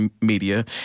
media